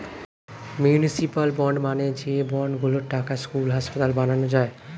municipal bond মানে যে bond গুলোর টাকায় স্কুল, হাসপাতাল বানানো যায়